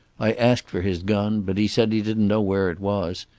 i asked for his gun, but he said he didn't know where it was,